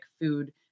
food